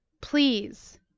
please